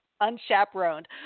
Unchaperoned